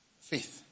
Faith